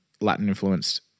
Latin-influenced